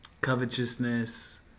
Covetousness